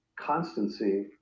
constancy